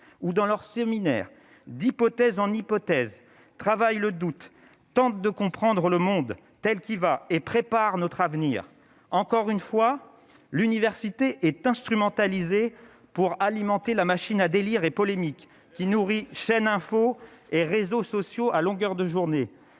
ou dans leur séminaire d'hypothèse en hypothèse travail le doute tente de comprendre le monde telle qui va et prépare notre avenir, encore une fois, l'université est instrumentalisée pour alimenter la machine à délire et polémique qui nourrit chaîne info et réseaux sociaux à longueur de journée,